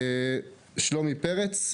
שלומי פרץ,